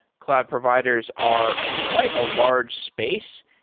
cloud providers are quite a large space.